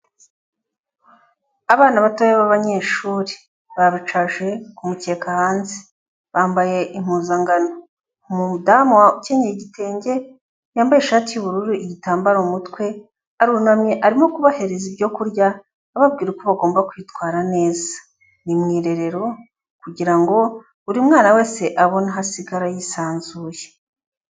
Abana bato b'abanyeshuri, babicaje kumukeka hanze bambaye impuzangano, umudamu wa ukinnye igitenge yambaye ishati y'ubururu igitambaro umutwe, arunamye arimo kubahereza ibyo kurya, ababwira uko bagomba kwitwara neza, ni mu irerero kugira ngo buri mwana wese, abone aho asigara yisanzuye.